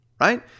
right